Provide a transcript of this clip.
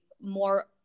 more